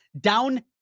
down